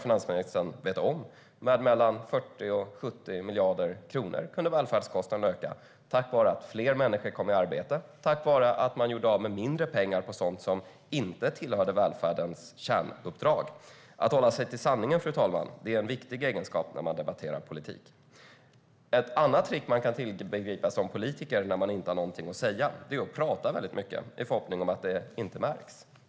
Välfärdskostnaden kunde öka med mellan 40 och 70 miljarder kronor tack vare att fler människor kom i arbete och tack vare att man gjorde av med mindre pengar på sådant som inte tillhörde välfärdens kärnuppdrag. Att hålla sig till sanningen, fru talman, är en viktig egenskap när man debatterar politik. Ett trick man kan tillgripa som politiker när man inte har någonting att säga är att prata väldigt mycket i förhoppning om att det inte märks.